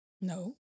No